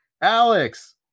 Alex